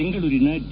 ಬೆಂಗಳೂರಿನ ಡಿ